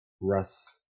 Russ